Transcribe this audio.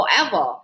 forever